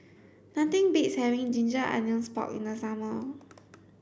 nothing beats having ginger onions pork in the summer